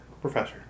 professor